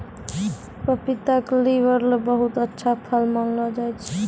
पपीता क लीवर ल बहुत अच्छा फल मानलो जाय छै